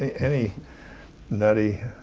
any nutty